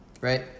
right